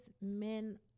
men